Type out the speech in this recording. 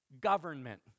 government